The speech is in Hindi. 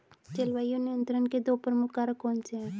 जलवायु नियंत्रण के दो प्रमुख कारक कौन से हैं?